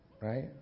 Right